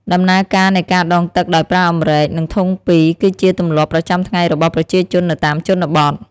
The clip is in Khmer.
ដំណើរការនៃការដងទឹកដោយប្រើអម្រែក និងធុងពីរ គឺជាទម្លាប់ប្រចាំថ្ងៃរបស់ប្រជាជននៅតាមជនបទ។